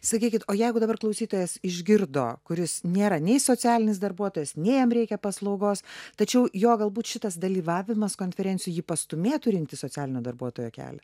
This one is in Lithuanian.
sakykit o jeigu dabar klausytojas išgirdo kuris nėra nei socialinis darbuotojas nei jam reikia paslaugos tačiau jo galbūt šitas dalyvavimas konferencijoj jį pastūmėtų rinktis socialinio darbuotojo kelią